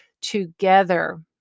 together